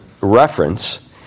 reference